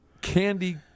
candy